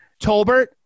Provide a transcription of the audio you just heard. tolbert